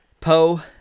Poe